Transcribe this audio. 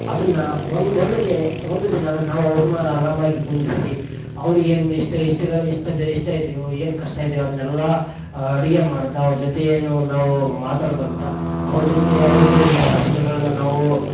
ಅದನ್ನ ಒಂದು ಒಂದು ಡೇ ಒಂದು ದಿನ ನಾವು ಅವರನ್ನ ಅರಾಮಾಗಿ ಕುಂದಿರಿಸಿ ಅವ್ರಿಗೇನು ಇಷ್ಟ ಇದೆಯೋ ಏನು ಕಷ್ಟ ಇದೆಯೋ ಅದನ್ನೆಲ್ಲಾ ಅಡಿಗೆ ಮಾಡ್ತಾ ಅವರ ಜೊತೆ ಏನು ನಾವು ಮಾತಾಡ್ಕೊಂತ ಅವರ ಜೊತೆ ಅವರದ್ದು ಕಷ್ಟ ಸುಖಗಳ್ನ ನಾವು